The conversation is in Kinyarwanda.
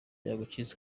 yagucitse